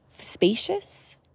spacious